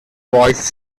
boys